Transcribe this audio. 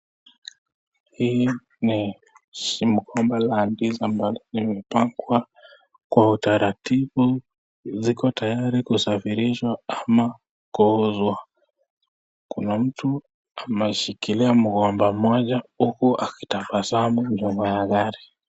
Hii ni mgomba la ndizi ambalo limepangwa kwa utaratibu, ziko tayari kusafirishwa ama kuuzwa. Kuna mtu ameshikilia mgomba moja huku akitabasamu nyuma ya gari.